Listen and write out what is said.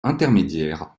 intermédiaires